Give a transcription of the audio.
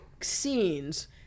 scenes